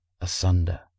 asunder